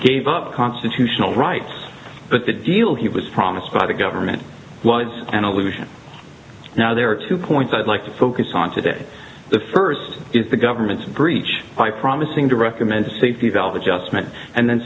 gave up constitutional rights but the deal he was promised by the government was an allusion now there are two points i'd like to focus on today the first is the government's breach by promising to recommend safety valve adjustment and then